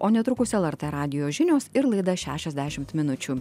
o netrukus lrt radijo žinios ir laida šešiasdešimt minučių